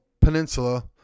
peninsula